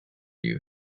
you